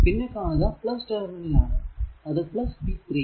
പിന്നെ കാണുക ടെർമിനൽ അത് v3